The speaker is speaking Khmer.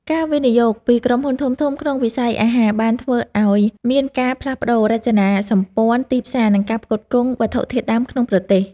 ការវិនិយោគពីក្រុមហ៊ុនធំៗក្នុងវិស័យអាហារបានធ្វើឲ្យមានការផ្លាស់ប្តូររចនាសម្ព័ន្ធទីផ្សារ និងការផ្គត់ផ្គង់វត្ថុធាតុដើមក្នុងប្រទេស។